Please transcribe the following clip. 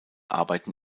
arbeiten